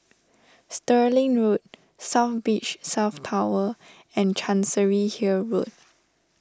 Stirling Road South Beach South Tower and Chancery Hill Road